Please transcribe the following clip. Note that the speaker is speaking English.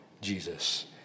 Jesus